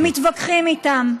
מתווכחים איתם.